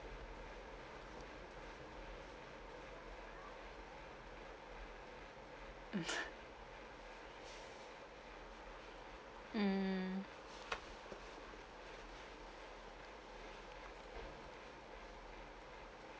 mm mm